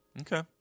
Okay